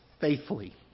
faithfully